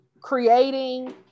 creating